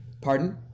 pardon